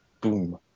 Boom